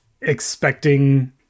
expecting